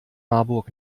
marburg